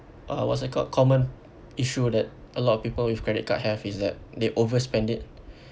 uh what's that called common issue that a lot of people with credit card have is that they overspend it